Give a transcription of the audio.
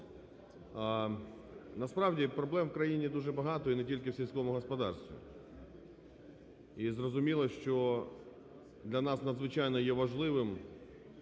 насправді проблем в країні дуже багато, і не тільки в сільському господарстві. І зрозуміло, що для нас надзвичайно є важливим,